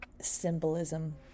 symbolism